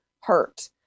hurt